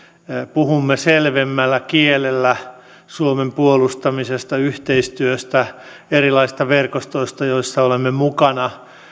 puhumme selvemmällä kielellä suomen puolustamisesta yhteistyöstä erilaisista verkostoista joissa olemme mukana